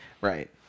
Right